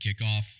kickoff